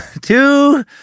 Two